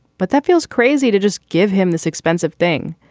but that feels crazy to just give him this expensive thing.